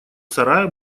сарая